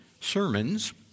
sermons